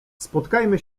spotkajmy